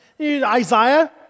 Isaiah